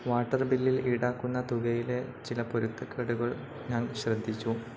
water ബില്ലിൽ ഈടാക്കുന്ന തുകയിലെ ചില പൊരുത്തക്കേടുകൾ ഞാൻ ശ്രദ്ധിച്ചു